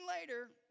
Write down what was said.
later